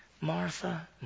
Martha